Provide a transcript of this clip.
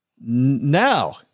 Now